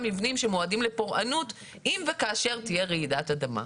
מבנים שמועדים לפורענות אם וכאשר תהיה רעידת אדמה.